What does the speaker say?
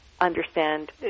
understand